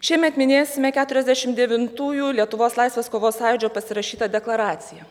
šiemet minėsime keturiasdešim devintųjų lietuvos laisvės kovos sąjūdžio pasirašytą deklaraciją